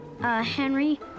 Henry